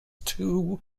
two